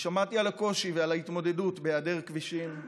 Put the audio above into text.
ושמעתי על הקושי ועל ההתמודדות בהיעדר כבישים,